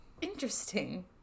Interesting